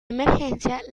emergencia